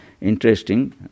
interesting